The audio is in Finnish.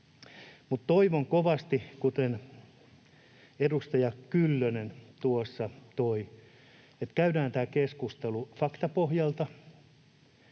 Toivon kovasti, kuten edustaja Kyllönen tuossa toi esiin, että käydään tämä keskustelu faktapohjalta